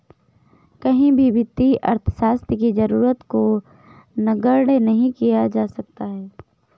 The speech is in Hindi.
कहीं भी वित्तीय अर्थशास्त्र की जरूरत को नगण्य नहीं किया जा सकता है